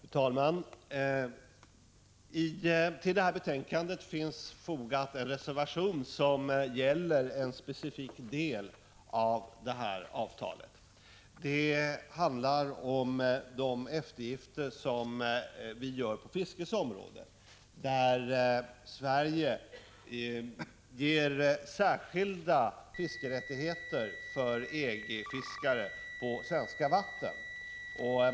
Fru talman! Till det här betänkandet har fogats en reservation som gäller en specifik del av detta avtal. Det handlar om de eftergifter som vi gör på fiskets område. Sverige ger särskilda fiskerättigheter för EG-fiskare på svenska vatten.